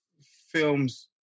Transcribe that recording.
films